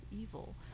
evil